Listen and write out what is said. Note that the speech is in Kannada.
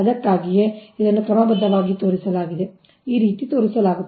ಅದಕ್ಕಾಗಿಯೇ ಇದನ್ನು ಕ್ರಮಬದ್ಧವಾಗಿ ತೋರಿಸಲಾಗಿದೆ ಈ ರೀತಿ ತೋರಿಸಲಾಗಿದೆ